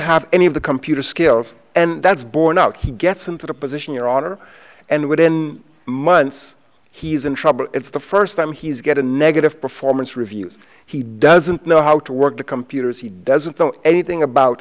have any of the computer skills and that's born out he gets into the position your honor and within months he's in trouble it's the first time he's get a negative performance reviews he doesn't know how to work the computers he doesn't know anything about